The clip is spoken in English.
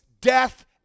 death